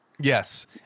Yes